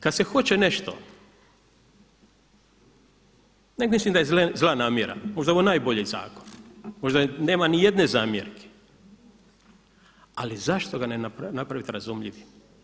Kad se hoće nešto ne mislim da je zla namjera, možda je ovo najbolji zakon, možda nema ni jedne zamjerke ali zašto ga ne napravit razumljiv.